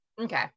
Okay